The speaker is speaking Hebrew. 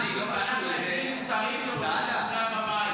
אנחנו היחידים --- שרוצים את כולם בבית.